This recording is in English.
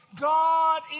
God